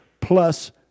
plus